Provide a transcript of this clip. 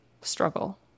struggle